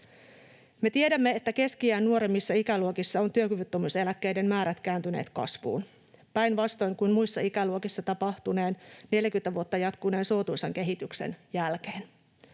Me tiedämme, että keski-iän nuoremmissa ikäluokissa ovat työkyvyttömyyseläkkeiden määrät kääntyneet kasvuun muissa ikäluokissa tapahtuneen 40 vuotta jatkuneen suotuisan kehityksen jälkeen.